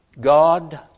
God